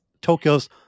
Tokyo's